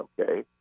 Okay